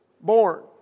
born